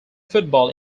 football